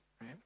Right